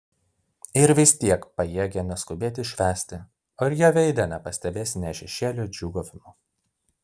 ir vis tiek pajėgia neskubėti švęsti o ir jo veide nepastebėsi nė šešėlio džiūgavimo